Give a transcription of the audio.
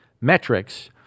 metrics